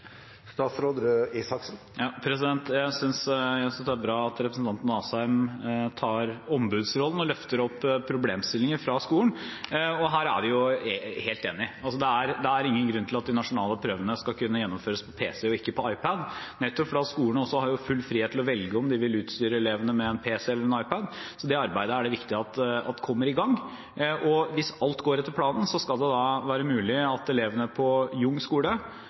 Jeg synes det er bra at representanten Asheim tar ombudsrollen og løfter opp problemstillinger fra skolen. Her er vi helt enige. Det er ingen grunn til at de nasjonale prøvene skal kunne gjennomføres på pc og ikke på iPad, nettopp fordi skolene har full frihet til å velge om de vil utstyre elevene med en pc eller en iPad. Det arbeidet er det viktig at kommer i gang. Hvis alt går etter planen, skal det være mulig at elevene på Jong skole